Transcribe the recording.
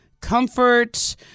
Comfort